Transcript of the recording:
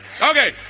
Okay